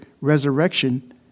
resurrection